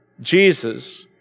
Jesus